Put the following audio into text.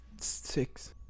six